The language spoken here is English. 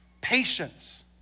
patience